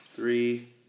Three